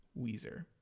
weezer